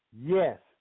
Yes